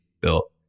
built